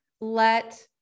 let